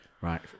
right